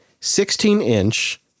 16-inch